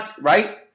right